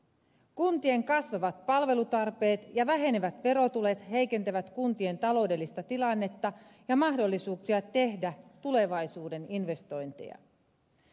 kuntien kasvavat palvelutarpeet ja vähenevät verotulot heikentävät kuntien taloudellista tilannetta ja mahdollisuuksia tehdä tulevaisuuden investointeja